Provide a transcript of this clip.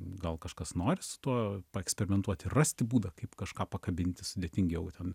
gal kažkas nori su tuo paeksperimentuot ir rasti būdą kaip kažką pakabinti sudėtingiau ten